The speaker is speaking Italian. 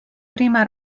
prima